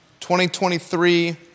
2023